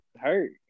hurt